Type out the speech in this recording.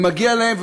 ומגיע להם,